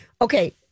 Okay